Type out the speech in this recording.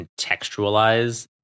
contextualize